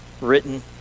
written